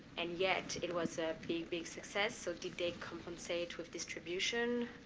and yet, it was a big big success. so did they compensate with distribution?